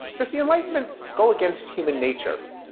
does the enlightenment go against human nature?